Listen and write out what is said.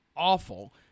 awful